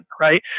right